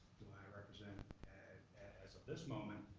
who i represent, as of this moment,